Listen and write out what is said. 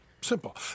Simple